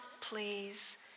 please